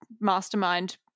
mastermind